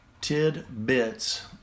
tidbits